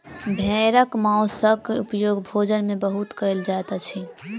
भेड़क मौंसक उपयोग भोजन में बहुत कयल जाइत अछि